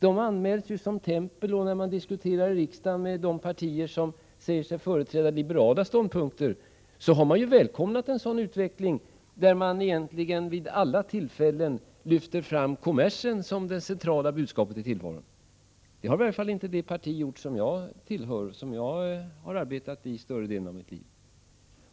De anmäls som tempel när vi i riksdagen diskuterar med de partier som säger sig företräda liberala ståndpunkter. Dessa partier har välkomnat en utveckling där man vid alla tillfällen lyfter fram kommersen som det centrala budskapet i tillvaron. Det har i varje fall inte det parti gjort som jag tillhör och som jag har arbetat i större delen av mitt liv.